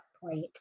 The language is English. point